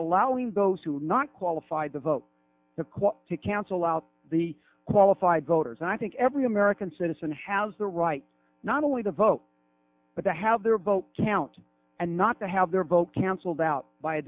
allowing those who are not qualified to vote the quote to cancel out the qualified voters and i think every american citizen has the right not only to vote but to have their vote counted and not to have their vote canceled out by a